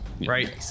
right